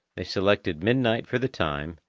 they selected midnight for the time,